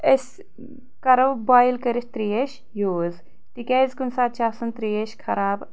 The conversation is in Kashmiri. أس کرو بویِل کٔرتھ ترٛیش یوٗز تِکیٛازِ کُنہِ ساتہِ چھِ آسان ترٛیش خراب